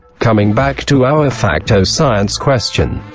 coming back to our fact o science question.